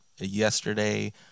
Yesterday